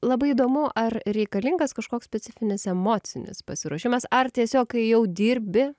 labai įdomu ar reikalingas kažkoks specifinis emocinis pasiruošimas ar tiesiog kai jau dirbi